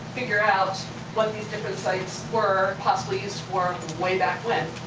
figure out what these different sites were possibly used for way back when.